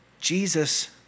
Jesus